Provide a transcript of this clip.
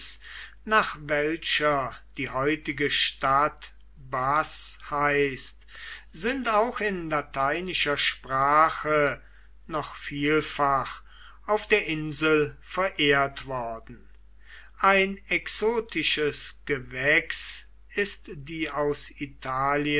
nach welcher die heutige stadt bath hieß sind auch in lateinischer sprache noch vielfach auf der insel verehrt worden ein exotisches gewächs ist die aus italien